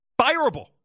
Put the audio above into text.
Fireable